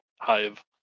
Hive